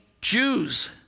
Jews